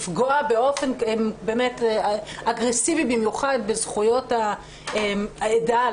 לפגוע באופן אגרסיבי במיוחד בזכויות העדה,